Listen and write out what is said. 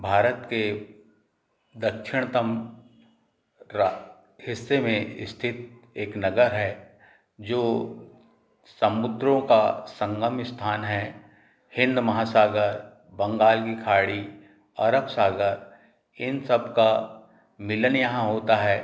भारत के दक्षिणतम हिस्से में स्थित एक नगर है जो समुद्रो का संगम स्थान है हिंद महासागर बंगाल कि खाड़ी अरब सागर इन सबका मिलन यहाँ होता है